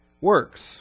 works